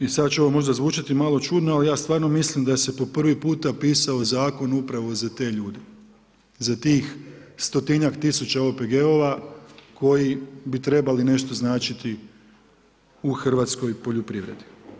I sad će možda ovo zvučiti čudno, ali ja stvarno mislim da se po prvi puta pisao zakon upravo za te ljude, za tih 100-tinjak tisuća OPG-ova koji bi trebali nešto značiti u hrvatskoj poljoprivredi.